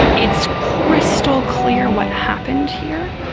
it's crystal clear what happened here.